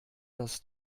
das